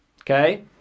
Okay